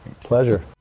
Pleasure